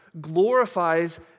glorifies